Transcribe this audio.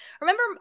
remember